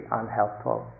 unhelpful